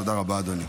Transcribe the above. תודה רבה, אדוני.